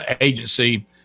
agency